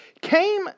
came